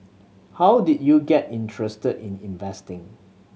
how did you get interested in investing